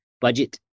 budget